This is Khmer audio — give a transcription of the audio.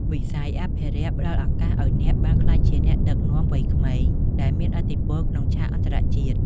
ស័យអភិរក្សផ្តល់ឱកាសឱ្យអ្នកបានក្លាយជាអ្នកដឹកនាំវ័យក្មេងដែលមានឥទ្ធិពលក្នុងឆាកអន្តរជាតិ។